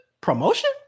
promotion